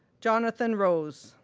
jonathan rose